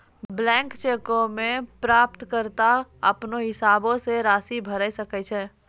blank चेको मे प्राप्तकर्ता अपनो हिसाबो से राशि भरि सकै छै